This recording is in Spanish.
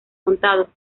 contado